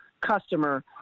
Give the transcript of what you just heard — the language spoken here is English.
customer